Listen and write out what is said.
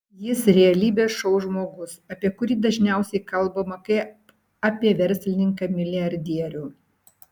jis realybės šou žmogus apie kurį dažniausiai kalbama kaip apie verslininką milijardierių